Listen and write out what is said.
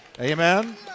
amen